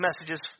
messages